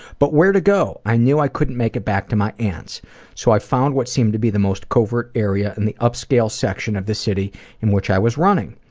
but where to go i knew i couldn't make it back to my aunt's so i found what seemed to be the most covert area and upscale section of the city in which i was running.